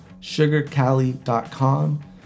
sugarcali.com